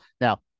Now